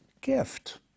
gift